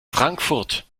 frankfurt